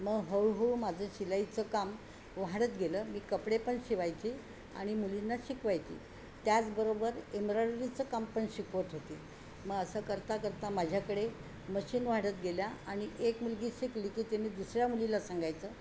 मग हळूहळू माझं शिलाईचं काम वाढत गेलं मी कपडे पण शिवायचे आणि मुलींना शिकवायची त्याचबरोबर एम्ब्रॉयडरीचं काम पण शिकवत होते मग असं करता करता माझ्याकडे मशीन वाढत गेल्या आणि एक मुलगी शिकली की ते मी दुसऱ्या मुलीला सांगायचं